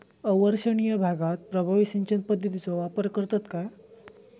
अवर्षणिय भागात प्रभावी सिंचन पद्धतीचो वापर करतत काय?